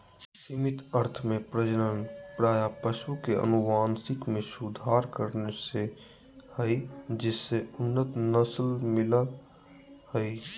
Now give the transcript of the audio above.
सीमित अर्थ में प्रजनन प्रायः पशु के अनुवांशिक मे सुधार करने से हई जिससे उन्नत नस्ल मिल हई